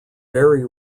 very